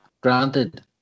Granted